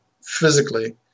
physically